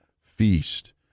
feast